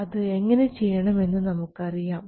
അത് എങ്ങനെ ചെയ്യണം എന്ന് നമുക്കറിയാം